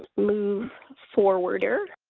move forward